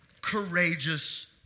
courageous